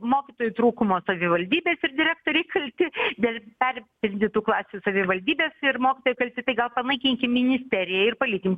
mokytojų trūkumo savivaldybės ir direktoriai kalti dėl perpildytų klasių savivaldybės ir mokytojai kalti tai gal panaikinkim ministeriją ir palikim